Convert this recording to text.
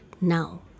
now